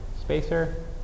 spacer